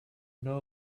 know